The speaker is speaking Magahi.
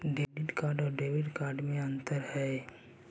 डेबिट कार्ड और क्रेडिट कार्ड में अन्तर है?